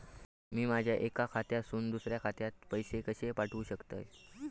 मी माझ्या एक्या खात्यासून दुसऱ्या खात्यात पैसे कशे पाठउक शकतय?